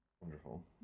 Wonderful